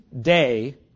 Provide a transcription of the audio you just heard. day